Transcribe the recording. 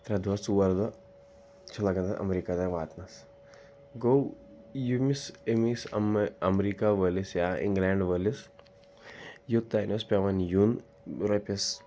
ترٛےٚ دۄہ ژور دۄہ چھِ لَگن تَتھ امریکہ تام واتنَس گوٚو ییٚمِس أمِس اَم اَمریٖکہ وٲلِس یا اِنگلینٛڈ وٲلِس یوٚتام اوس پٮ۪وان یُن رۄپیَس